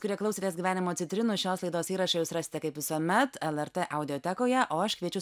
kurie klausėtės gyvenimo citrinų šios laidos įrašą jūs rasite kaip visuomet el er tė audiotekoje o aš kviečiu